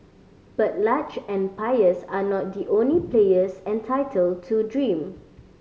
but large empires are not the only players entitled to dream